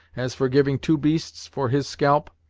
as for giving two beasts for his scalp,